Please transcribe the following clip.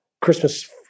Christmas